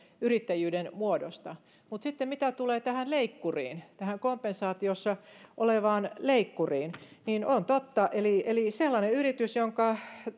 yrittäjyyden muodosta mutta mitä sitten tulee tähän leikkuriin tähän kompensaatiossa olevaan leikkuriin niin on totta että jos on sellainen yritys jonka